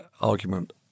argument